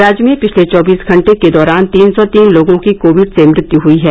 राज्य में पिछले चौबीस घंटे के दौरान तीन सौ तीन लोगों की कोविड से मृत्यु हुई है